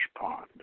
pond